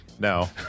no